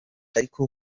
ariko